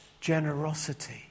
Generosity